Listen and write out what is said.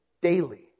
daily